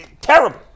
Terrible